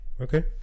Okay